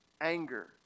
anger